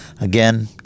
Again